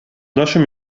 naszym